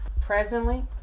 presently